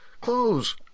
Close